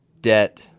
debt